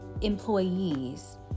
employees